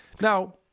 Now